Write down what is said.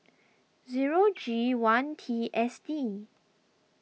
zero G one T S D